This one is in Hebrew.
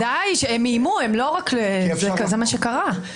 הם איימו, זה מה שקרה.